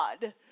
God